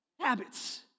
habits